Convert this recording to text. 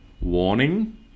warning